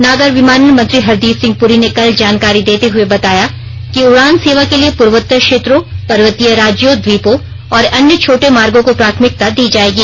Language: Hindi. नागर विमानन मंत्री हरदीप सिंह पुरी ने कल जानकारी देते हुए बताया कि उडान सेवा के लिए पूर्वोत्तर क्षेत्रों पर्वतीय राज्यों ट्वीपों और अन्य छोटे मार्गों को प्राथमिकता दी जाएगी